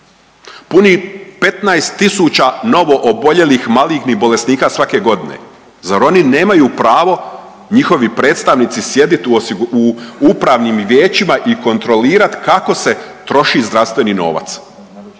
puni 15.000 novooboljelih malignih bolesnika svake godine. Zar oni nemaju pravo, njihovi predstavnici sjedit u upravnim vijećima i kontrolirat kako se troši zdravstveni novac.